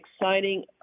exciting